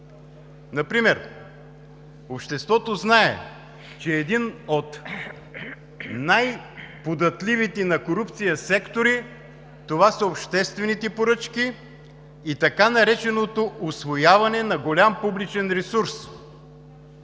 Например: обществото знае, че един от най-податливите на корупция сектори, това са обществените поръчки и така нареченото усвояване на голям публичен ресурс.